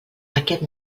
aquest